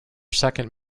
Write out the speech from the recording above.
second